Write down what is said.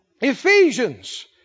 Ephesians